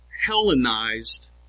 Hellenized